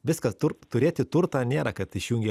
viskas tur turėti turtą nėra kad išjungi